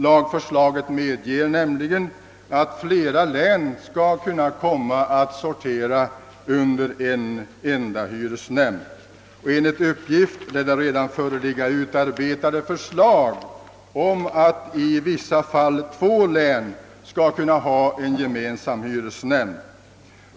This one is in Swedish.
Lagförslaget medger nämligen att flera län skall kunna lyda under en enda hyresnämnd. Enligt uppgift lär det redan föreligga utarbetade förslag om att i vissa fall två län skall ha en gemensam hyresnämnd.